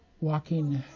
walking